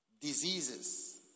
diseases